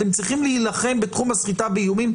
אתם צריכים להילחם בתחום הסחיטה באיומים.